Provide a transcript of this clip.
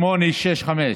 1,747,865,